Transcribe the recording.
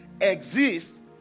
exists